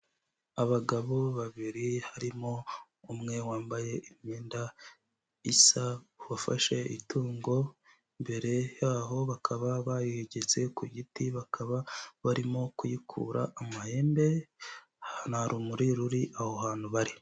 Abagabo babiri harimo umwe wambaye imyenda isa wafashe itungo mbere yaho bakaba bayegetse kugiti bakaba barimo kuyikura amahembe nta rumuri ruri aho hantu bari.